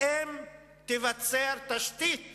אם תיווצר תשתית